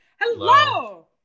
hello